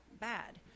bad